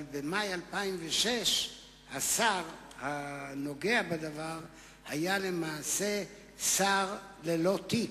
אבל במאי 2006 השר הנוגע בדבר היה למעשה שר ללא תיק,